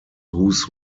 whose